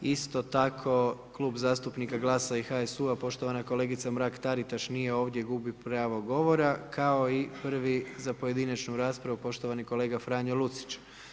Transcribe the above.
Isto tako Klub zastupnika GLAS-a i HSU-a poštovana kolegica Mrak-Taritaš nije ovdje, gubi pravo govora kao i prvi za pojedinačnu raspravu poštovani kolega Franjo Lucić.